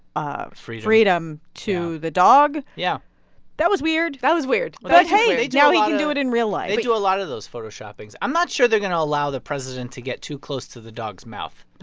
ah freedom. freedom to the dog yeah that was weird that was weird but hey, now he can do it in real like but a ah lot of those photoshoppings. i'm not sure they're going to allow the president to get too close to the dog's mouth